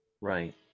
Right